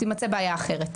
תימצא בעיה אחרת.